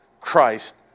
Christ